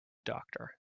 doctor